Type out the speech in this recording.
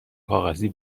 کاغذی